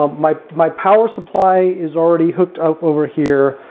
um my my power supply is already hooked up over here,